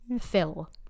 fill